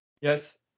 Yes